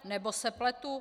Nebo se pletu?